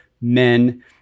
men